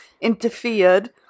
interfered